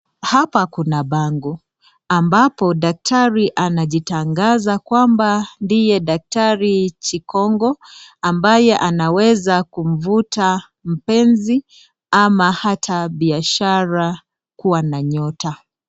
Hapa kuna bango ambapo daktari anajitangaza kwamba ndiye daktari chikongo ambaye anaweza kumvuta mpenzi ama hata biashara kuwa na nyota.